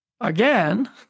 again